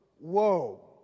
whoa